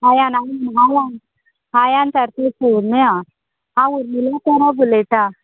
मलम मलम नारायण झांटये स्टोर न्ही